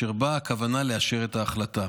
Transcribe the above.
שבה הכוונה לאשר את ההחלטה.